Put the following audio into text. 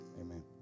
amen